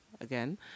again